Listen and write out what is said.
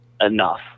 enough